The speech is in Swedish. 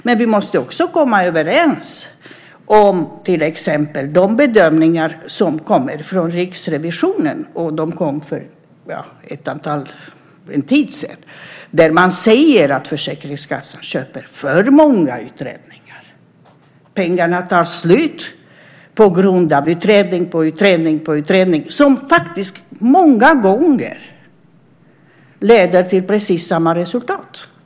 Men vi måste också komma överens om till exempel de bedömningar som kom från Riksrevisionen för en tid sedan, där man säger att Försäkringskassan köper för många utredningar. Pengarna tar slut på grund av utredning på utredning, som faktiskt många gånger leder till precis samma resultat.